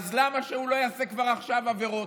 למה שהוא לא יעשה כבר עכשיו עבירות?